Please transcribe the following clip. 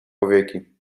powieki